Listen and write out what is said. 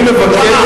אני מבקש.